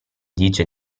dice